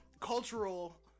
cultural